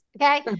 Okay